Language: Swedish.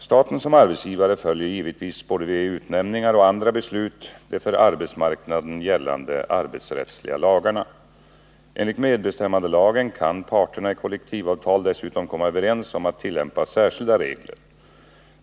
Staten som arbetsgivare följer givetvis både vid utnämningar och andra beslut de för arbetsmarknaden gällande arbetsrättsliga lagarna. Enligt medbestämmandelagen kan parterna i kollektivavtal dessutom komma överens om att tillämpa särskilda regler.